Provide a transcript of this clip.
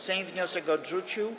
Sejm wniosek odrzucił.